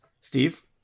Steve